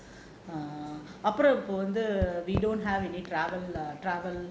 அப்புறம் இப்போ வந்து:appuram ippo vanthu